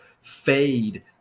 fade